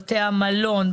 בתי המלון,